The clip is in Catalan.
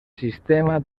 sistema